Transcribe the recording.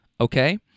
Okay